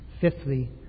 Fifthly